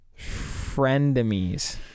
friendemies